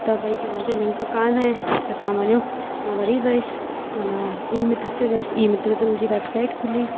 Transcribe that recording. त भई तव्हांजो लिंक कोन आहे त तव्हां वञो मां वरी वियसि माना ई मित्र ते वियसि ई मित्र जी वेबसाइट खुली